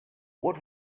what